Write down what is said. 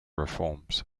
reforms